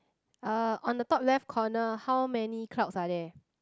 uh on the top left corner how many clouds are there